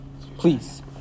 Please